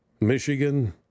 Michigan